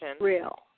real